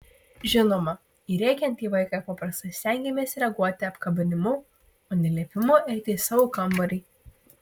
žinoma į rėkiantį vaiką paprastai stengiamės reaguoti apkabinimu o ne liepimu eiti į savo kambarį